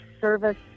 service